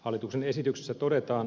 hallituksen esityksessä todetaan